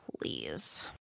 Please